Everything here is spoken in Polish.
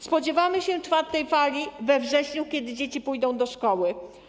Spodziewamy się czwartej fali we wrześniu, kiedy dzieci pójdą do szkoły.